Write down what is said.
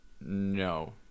no